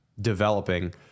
developing